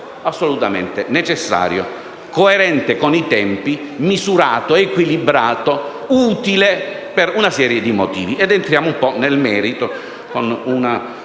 assolutamente necessario, coerente con i tempi, misurato, equilibrato, utile per una serie di motivi. Entriamo nel merito con un